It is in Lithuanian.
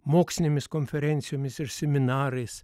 mokslinėmis konferencijomis ir seminarais